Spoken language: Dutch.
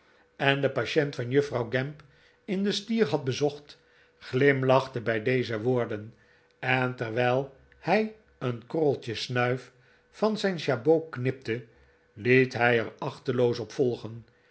en den patient van juffrouw maarten chuzzlewit gamp in de stier had bezocht glimlachte bij deze woorden en terwijl hij een korreltje snuif van zijn jabot knipte liet hij er achteloos op volgen